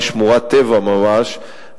מדובר בשמורת טבע ממש,